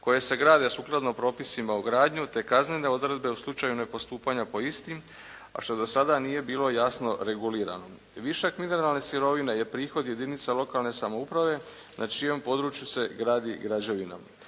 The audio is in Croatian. koje se grade sukladno propisima o gradnju te kaznene odredbe u slučaju nepostupanja po istim, a što do sada nije bilo jasno regulirano. Višak mineralne sirovine je prihod jedinica lokalne samouprave na čijem području se gradi građevinom.